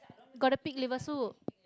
got the Pig liver soup